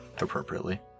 appropriately